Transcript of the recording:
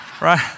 right